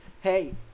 Hey